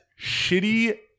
shitty